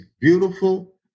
beautiful